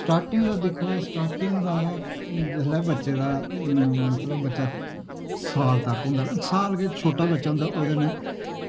starting दा दिक्खो starting दा जिसले बी बच्चे दा बच्चा साल तक होंदा सालदा के छोटा ही बच्चा होंदा ओहदे कने